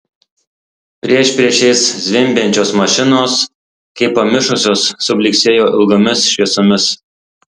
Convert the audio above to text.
priešpriešiais zvimbiančios mašinos kaip pamišusios sublyksėjo ilgomis šviesomis